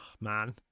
man